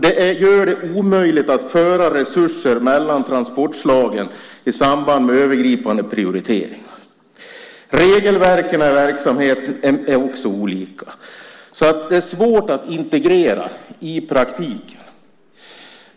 Det gör det omöjligt att föra resurser mellan transportslagen i samband med övergripande prioriteringar. Regelverken i verksamheterna är också olika. Det är svårt att integrera detta i praktiken.